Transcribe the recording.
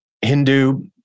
Hindu